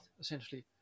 essentially